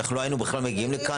אנחנו לא היינו בכלל מגיעים לכאן,